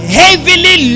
heavily